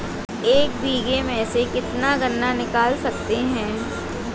एक बीघे में से कितना गन्ना निकाल सकते हैं?